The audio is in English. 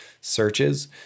searches